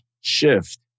shift